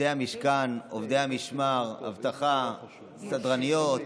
עובדי המשכן, עובדי המשמר, אבטחה, סדרניות.